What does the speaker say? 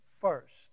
first